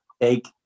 take